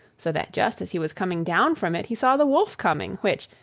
so that just as he was coming down from it, he saw the wolf coming, which,